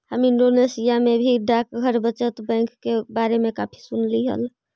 हम इंडोनेशिया में भी डाकघर बचत बैंक के बारे में काफी सुनली हल